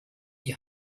die